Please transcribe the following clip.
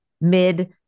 mid